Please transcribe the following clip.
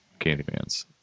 Candyman's